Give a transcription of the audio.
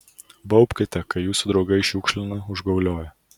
baubkite kai jūsų draugai šiukšlina užgaulioja